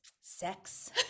sex